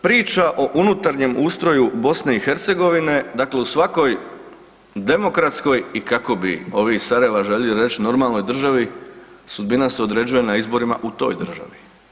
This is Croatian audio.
Priča o unutarnjem ustroju BiH, dakle u svakoj demokratskoj i kako bi ovi iz Sarajeva željeli reći normalnoj državi, sudbina se određuje na izborima u toj državi.